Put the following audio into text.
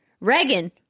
Reagan